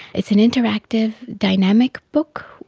it's an interactive, dynamic book,